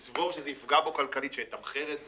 אם יסבור שזה יפגע בו כלכלית שיתמחר את זה,